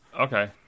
Okay